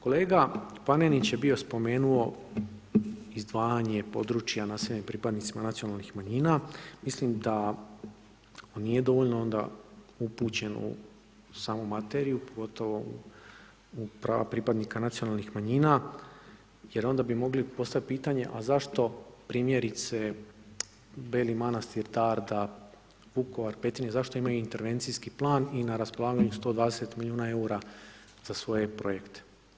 Kolega Panenić je bio spomenuo izdvajanja područja naseljenih pripadnicima nacionalnih manjina, mislim da on nije dovoljno onda upućen u samu materiju, pogotovo u prava pripadnika nacionalnih manjina jer onda bi mogli postaviti pitanje a zašto primjerice, Beli Manastir, Darda, Vukovar, Petine, zašto imaju intervencijski plan i na raspolaganju 120 milijuna eura za svoje projekte?